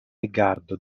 rigardo